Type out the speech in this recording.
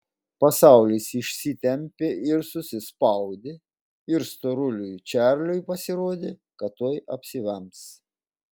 pasaulis išsitempė ir susispaudė ir storuliui čarliui pasirodė kad tuoj apsivems